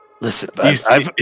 listen